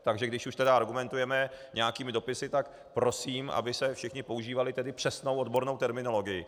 Takže když už tedy argumentujeme nějakými dopisy, tak prosím, abyste všichni používali přesnou odbornou terminologii.